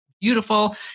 beautiful